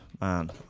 man